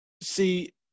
see